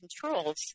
controls